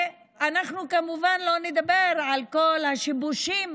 אנחנו כמובן לא נדבר על כל השיבושים